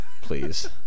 Please